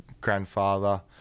grandfather